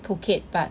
Phuket but